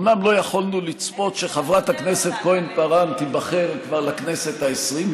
אומנם לא יכולנו לצפות שחברת הכנסת כהן-פארן תיבחר כבר לכנסת העשרים,